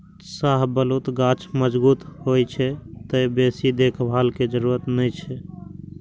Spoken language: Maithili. शाहबलूत गाछ मजगूत होइ छै, तें बेसी देखभाल के जरूरत नै छै